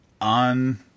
on